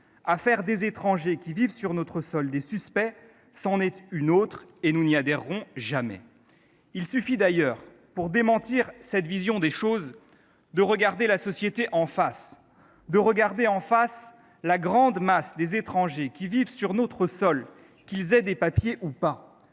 à faire des étrangers qui vivent sur notre sol des suspects, c’en est une autre, à laquelle nous n’adhérerons jamais. Il suffit d’ailleurs, pour démentir cette vision, de regarder la société en face ; de regarder en face la grande masse des étrangers qui vivent sur notre sol, qu’ils aient des papiers ou non